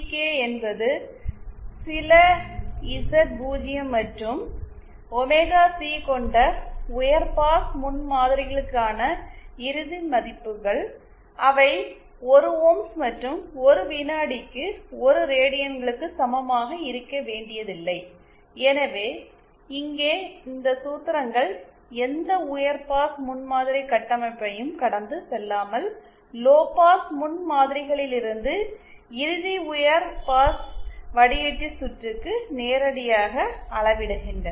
K என்பது சில Z 0 மற்றும் ஒமேகா சி கொண்ட உயர் பாஸ் முன்மாதிரிகளுக்கான இறுதி மதிப்புகள் அவை 1 ஓம்ஸ் மற்றும் 1 வினாடிக்கு 1 ரேடியன்களுக்கு சமமாக இருக்க வேண்டியதில்லை எனவே இங்கே இந்த சூத்திரங்கள் எந்த உயர் பாஸ் முன்மாதிரி கட்டமைப்பையும் கடந்து செல்லாமல் லோபாஸ் முன்மாதிரிகளிலிருந்து இறுதி உயர் பாஸ் வடிகட்டி சுற்றுக்கு நேரடியாக அளவிடுகின்றன